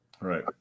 Right